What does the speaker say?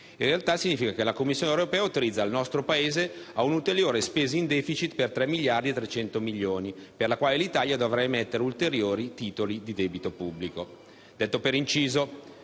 In realtà, significa che la Commissione europea autorizza il nostro Paese ad una ulteriore spesa in *deficit* per 3,3 miliardi, per la quale l'Italia dovrà emettere ulteriori titoli di debito pubblico.